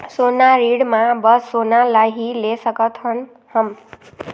सोना ऋण मा बस सोना ला ही ले सकत हन हम?